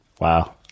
Wow